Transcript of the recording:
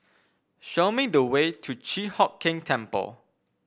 show me the way to Chi Hock Keng Temple